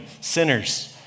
Sinners